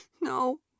no